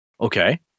Okay